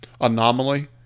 anomaly